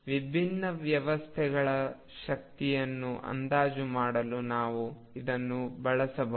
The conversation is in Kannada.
ವಿಭಿನ್ನ ವ್ಯವಸ್ಥೆಗಳ ಶಕ್ತಿಯನ್ನು ಅಂದಾಜು ಮಾಡಲು ನಾವು ಇದನ್ನು ಬಳಸಬಹುದು